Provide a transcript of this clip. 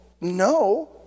no